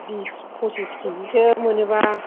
बिस पसिस केजिसो मोनोबा